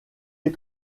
les